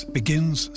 begins